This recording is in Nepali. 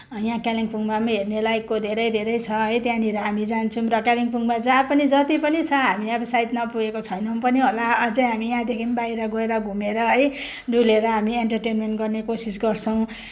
यहाँ कालिम्पोङमा पनि हेर्नेलायकको धेरै धेरै छ है त्यहाँनिर हामी जान्छौँ र कालिम्पोङमा जहाँ पनि जति पनि छ सा हामी अब सायद नपुगेको छैनौँ पनि होला अझै हामी यहाँदेखि बाहिर गएर घुमेर है डुलेर हामी एन्टरटेनमेन्ट गर्ने कोसिस गर्छौँ